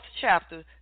chapter